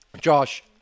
Josh